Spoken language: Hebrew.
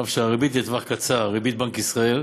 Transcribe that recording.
אף שהריבית לטווח קצר, ריבית בנק ישראל,